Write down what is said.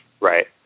Right